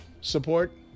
support